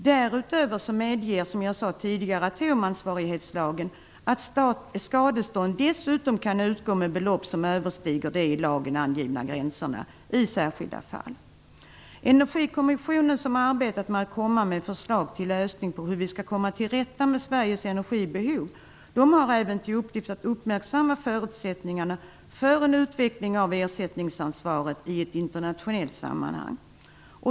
Därutöver medger atomansvarighetslagen att skadestånd dessutom kan utgå med belopp som överstiger de i lagen angivna gränserna i särskilda fall. Energikommissionen, som arbetar med att komma med förslag till lösning av hur vi skall komma till rätta med Sveriges energibehov, har även till uppgift att uppmärksamma förutsättningarna för en utveckling av ersättningsansvaret i ett internationellt sammanhang.